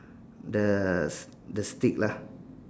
the the stick lah